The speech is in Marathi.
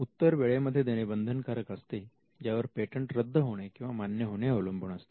उत्तर वेळे मध्ये देणे बंधनकारक असते ज्यावर पेटंट रद्द होणे किंवा मान्य होणे अवलंबून असते